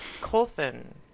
Colton